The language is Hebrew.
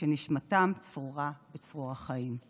ונשמתם צרורה בצרור החיים.